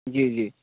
जी जी